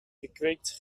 gekweekt